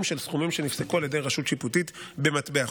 של סכומים שנפסקו על ידי רשות שיפוטית במטבע חוץ.